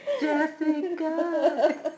Jessica